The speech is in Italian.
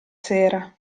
sera